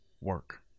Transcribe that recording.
work